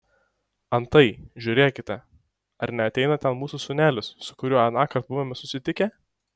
antai žiūrėkite ar neateina ten mūsų senelis su kuriuo anąkart buvome susitikę